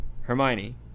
Hermione